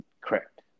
correct